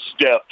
step